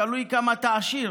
תלוי כמה אתה עשיר,